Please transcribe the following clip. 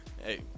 Hey